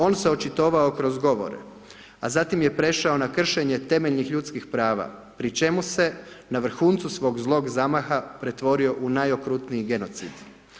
On se očitovao kroz govore, a zatim se prešao na kršenje temeljnih ljudskih prava, pri čemu se na vrhuncu svog zlog zamaha pretvorio u najokrutniji genocid.